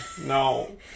No